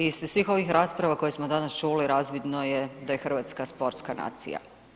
Iz svih ovih rasprava koje smo danas čuli, razvidno je da je Hrvatska sportska nacija.